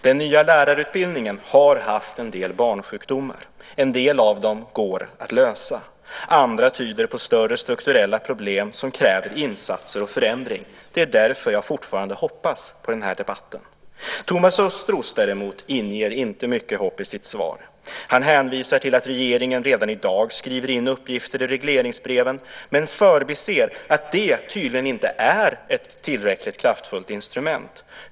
Den nya lärarutbildningen har haft en del barnsjukdomar. En del av dem går att lösa. Andra tyder på större strukturella problem som kräver insatser och förändring. Det är därför jag fortfarande hoppas på den här debatten. Thomas Östros däremot inger inte mycket hopp i sitt svar. Han hänvisar till att regeringen redan i dag skriver in uppgifter i regleringsbreven men förbiser att det tydligen inte är ett tillräckligt kraftfullt instrument.